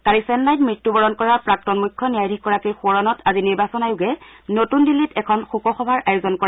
কালি চেন্নাইত মৃত্যুবৰণ কৰা প্ৰাক্তন মুখ্য নিৰ্বাচন আয়ুক্তগৰাকীৰ সোঁৱৰণত আজি নিৰ্বাচন আয়োগে নতুন দিল্লীত এখন শোক সভাৰ আয়োজন কৰে